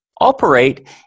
operate